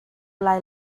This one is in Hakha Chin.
lai